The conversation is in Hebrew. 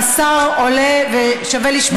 והשר עולה ושווה לשמוע,